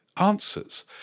answers